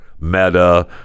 meta